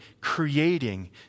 creating